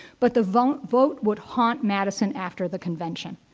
but the vote vote would haunt madison after the convention.